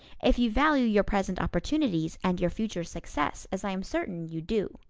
if you value your present opportunities and your future success, as i am certain you do.